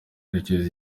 yerekeza